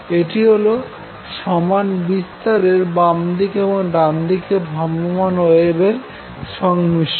এটি হল সমান বিস্তারের বামদিকে এবং ডানদিকে ভ্রাম্যমাণ ওয়েভের সংমিশ্রন